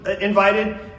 invited